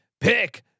Pick